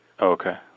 Okay